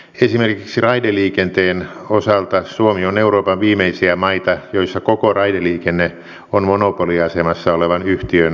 esimerkiksi raideliikenteen osalta suomi on euroopan viimeisiä maita joissa koko raideliikenne on monopoliasemassa olevan yhtiön hallinnassa